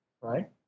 Right